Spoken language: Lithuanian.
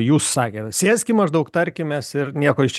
jūs sakėt sėskim maždaug tarkimės ir nieko iš